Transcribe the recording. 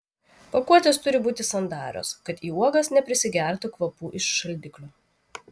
pakuotės turi būti sandarios kad į uogas neprisigertų kvapų iš šaldiklio